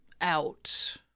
out